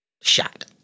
shot